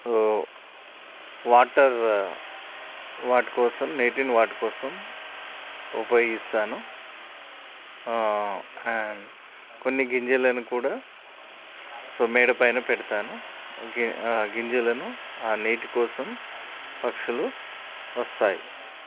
water వాటి కోసం నీటిని వాటి కోసం ఉపయోగిస్తాను అండ్ కొన్ని గింజలను కూడా సో మేడపైన పెడతాను ఆ గింజలను ఆ నీటి కోసం పక్షులు వస్తాయి